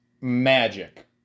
magic